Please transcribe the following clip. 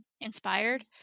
inspired